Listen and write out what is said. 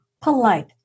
polite